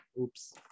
oops